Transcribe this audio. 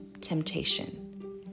temptation